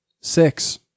Six